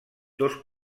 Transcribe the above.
dos